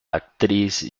actriz